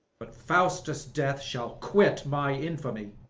but faustus' death shall quit my infamy.